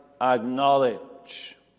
acknowledge